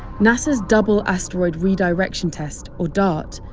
nasa's double asteroid redirection test, or dart,